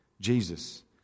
Jesus